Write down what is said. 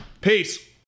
Peace